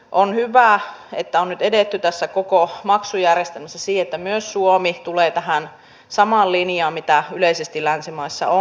on hyvä että on nyt edetty tässä koko maksujärjestelmässä siihen että myös suomi tulee tähän samaan linjaan mitä yleisesti länsimaissa on